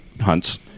hunts